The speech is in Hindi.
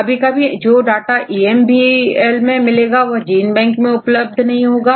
कभी कभी आप जो डाटाEMBL मैं नहीं पाएंगे वह जीन बैंक में उपलब्ध होगा